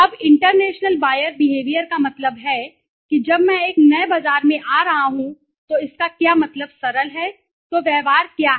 अब international buyer behaviour का मतलब है कि जब मैं एक नए बाजार में आ रहा हूं तो इसका क्या मतलब सरल है तो व्यवहार क्या है